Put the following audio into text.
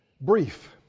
brief